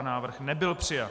Návrh nebyl přijat.